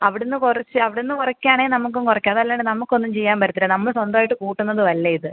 അവിടുന്ന് കുറച്ച് അവിടുന്ന് കുറയ്ക്കുകയാണേൽ നമുക്കും കുറയ്ക്കാം അതല്ലാണ്ട് നമുക്കൊന്നും ചെയ്യാൻ പറ്റത്തില്ല നമ്മള് സ്വന്തമായിട്ട് കൂട്ടുന്നതും അല്ല ഇത്